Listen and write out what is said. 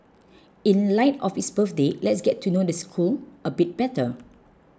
in light of its birthday let's get to know the school a bit better